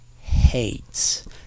hates